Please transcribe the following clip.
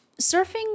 surfing